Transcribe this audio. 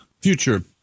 future